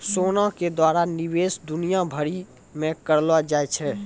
सोना के द्वारा निवेश दुनिया भरि मे करलो जाय छै